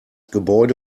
gebäude